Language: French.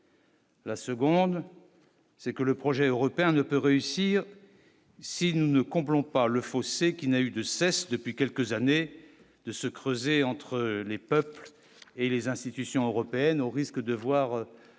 La seconde, c'est que le projet européen ne peut réussir si nous ne comprenons par le fossé qui n'a eu de cesse, depuis quelques années de se creuser entre les peuples et les institutions européennes, au risque de voir